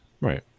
Right